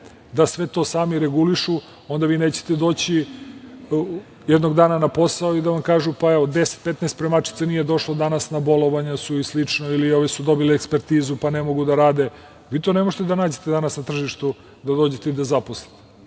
sve to sami da regulišu, onda vi nećete doći jednog dana na posao i da vam kažu – evo, 10, 15 spremačica nije došlo danas, na bolovanju su i slično, ili ovi su dobili ekspertizu, pa ne mogu da rade. Vi to ne možete da nađete danas na tržištu, da dođete i da zaposlite.